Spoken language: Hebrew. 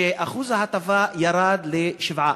שאחוז ההטבה ירד ל-7%.